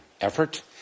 effort